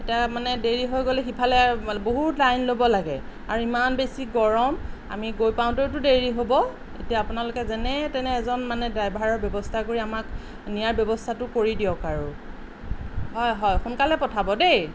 এতিয়া মানে দেৰি হৈ গ'লে সিফালে বহুত লাইন ল'ব লাগে আৰু ইমান বেছি গৰম আমি গৈ পাওঁতেওটো দেৰি হ'ব এতিয়া আপোনালোকে যেনে তেনে এজন মানে ড্ৰাইভাৰৰ ব্যৱস্থা কৰি আমাক নিয়াৰ ব্যৱস্থাটো কৰি দিয়ক আৰু হয় হয় সোনকালে পঠাব দেই